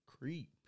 Creep